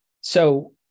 So-